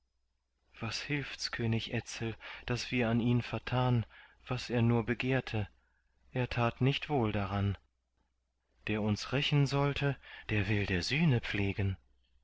was hilfts könig etzel daß wir an ihn vertan was er nur begehrte er tat nicht wohl daran der uns rächen sollte der will der sühne pflegen